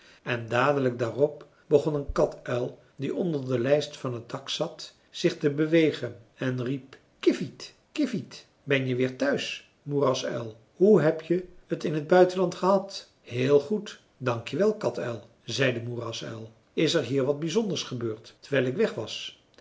en dadelijk daarop begon een katuil die onder de lijst van het dak zat zich te bewegen en riep kiviet kiviet ben je weer thuis moerasuil hoe heb je het in t buitenland gehad heel goed dank je wel katuil zei de moerasuil is er hier wat bizonders gebeurd terwijl ik weg was